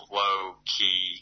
low-key